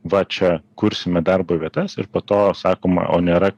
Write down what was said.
va čia kursime darbo vietas ir po to sakoma o nėra